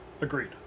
Agreed